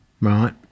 right